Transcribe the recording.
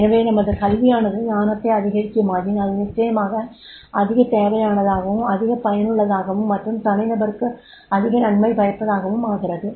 எனவே நமது கல்வியானது ஞானத்தை அதிகரிக்குமாயின் அது நிச்சயமாக அதிக தேவையானதாகவும் அதிகப் பயனுள்ளதாகவும் மற்றும் தனிநபருக்கு அதிக நன்மை பயப்பதாகவும் ஆகிறது